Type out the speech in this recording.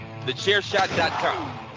TheChairShot.com